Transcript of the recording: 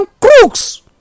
crooks